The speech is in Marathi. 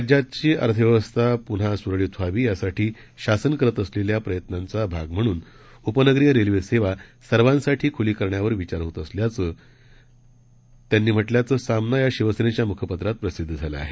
राज्याची अर्थव्यवस्था गाडी पुन्हा रुळावर यावी यासाठी शासन करत असलेल्या प्रयत्नांचा भाग म्हणून उपनगरीय रेल्वे सेवा सर्वांसाठी खुली करण्यावर विचार होत असल्याचं त्यांनी म्हटल्याचं सामना या शिवसेनेच्या मुखपत्रात प्रसिद्ध झालं आहे